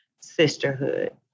sisterhood